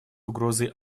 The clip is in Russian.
угрозой